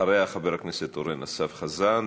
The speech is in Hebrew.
אחריה, חבר הכנסת אורן אסף חזן,